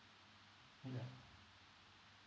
yeah